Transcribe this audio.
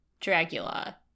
Dracula